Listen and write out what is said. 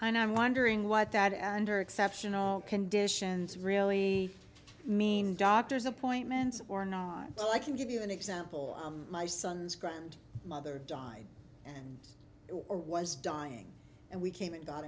and i'm wondering what that under exceptional conditions really mean doctors appointments or not so i can give you an example my son's grand mother died and or was dying and we came and got